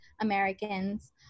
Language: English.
Americans